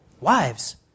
Wives